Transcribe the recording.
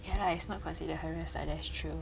ya lah it's not considered harassed lah that's true